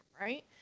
right